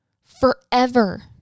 forever